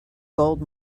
gold